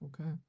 Okay